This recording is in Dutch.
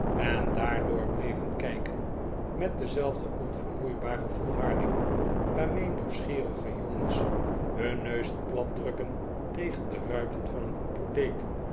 en daardoor bleven kijken met dezelfde onvermoeibare volharding waarmee nieuwsgierige jongens hun neuzen plat drukken tegen de ruiten van een apotheek